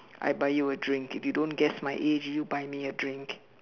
I buy you a drink if you don't guess my age you buy me a drink